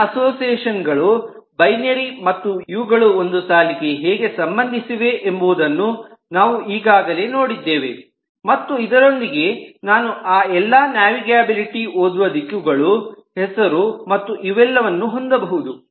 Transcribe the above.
ಹೆಚ್ಚಿನ ಅಸೋಸಿಯೇಷನ್ ಗಳು ಬೈನರಿ ಮತ್ತು ಇವುಗಳು ಒಂದು ಸಾಲಿಗೆ ಹೇಗೆ ಸಂಬಂಧಿಸಿವೆ ಎಂಬುದನ್ನು ನಾವು ಈಗಾಗಲೇ ನೋಡಿದ್ದೇವೆ ಮತ್ತು ಇದರೊಂದಿಗೆ ನಾನು ಆ ಎಲ್ಲಾ ನ್ಯಾವಿಗಬಿಲಿಟಿ ಓದುವ ದಿಕ್ಕುಗಳು ಹೆಸರು ಮತ್ತು ಇವೆಲ್ಲವನ್ನು ಹೊಂದಬಹುದು